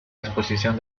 exposición